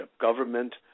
government